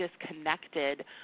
disconnected